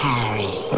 Harry